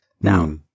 now